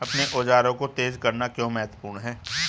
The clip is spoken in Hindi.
अपने औजारों को तेज करना क्यों महत्वपूर्ण है?